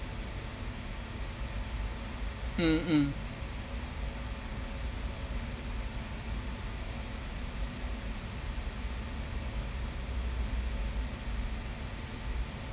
mm mm